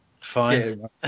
Fine